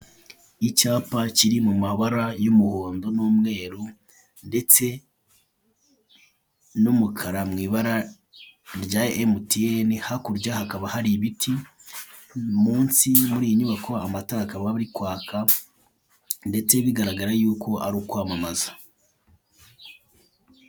Icyapa kiri mu mabara y'umuhondo n'umweru ndese n'umakara mu ibara rya emutiyene, hakurya hakaba hari ibiti, munsi muri iyi inyubako amatara akaba arikwaka ndetse bigaragara yuko ari ukwamamaza.